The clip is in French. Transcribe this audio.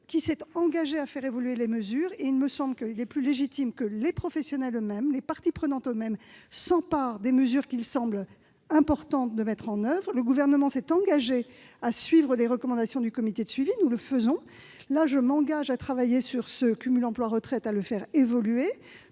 qui s'est engagé à faire évoluer les mesures. Il me semble plus légitime que les professionnels eux-mêmes, les parties prenantes elles-mêmes, s'emparent des mesures qu'il semble important de mettre en oeuvre. Le Gouvernement s'est engagé à suivre les recommandations du comité de suivi, et nous le faisons. Là, je m'engage à travailler sur le cumul emploi-retraite pour le faire évoluer.